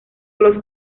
los